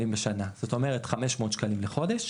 500 שקלים לחודש.